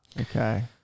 Okay